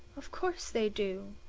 of course they do.